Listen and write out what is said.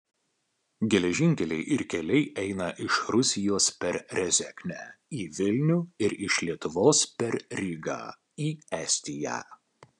geležinkeliai ir keliai eina iš rusijos per rezeknę į vilnių ir iš lietuvos per rygą į estiją